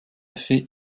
fait